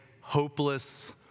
hopeless